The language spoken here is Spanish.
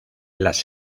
las